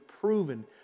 proven